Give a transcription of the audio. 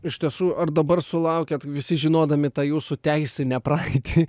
iš tiesų ar dabar sulaukiat visi žinodami tą jūsų teisinę praeitį